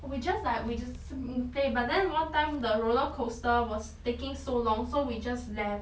we just like we jus~ mm play but then one time the roller coaster was taking so long so we just left